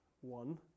one